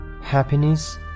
happiness